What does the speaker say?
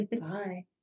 Bye